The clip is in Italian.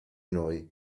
noi